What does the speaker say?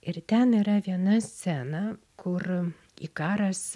ir ten yra viena scena kur ikaras